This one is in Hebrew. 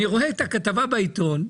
אני רואה את הכתבה בעיתון.